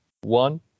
one